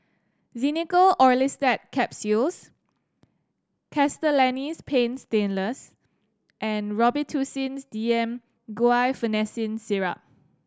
Xenical Orlistat Capsules Castellani's Paint Stainless and Robitussin's D M Guaiphenesin Syrup